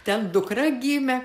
ten dukra gimė